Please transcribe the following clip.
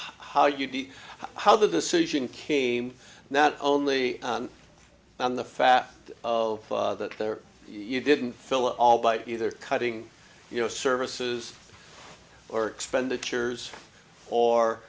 be how the decision came not only on the fat of the there you didn't fill it all by either cutting you know services or expenditures or